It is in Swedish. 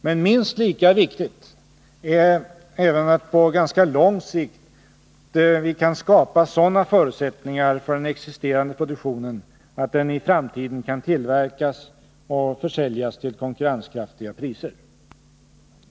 Men minst lika viktigt även på ganska lång sikt är att vi kan skapa sådana förutsättningar för den existerande produktionen att den i framtiden kan tillverkas och försäljas till konkurrenskraftiga priser.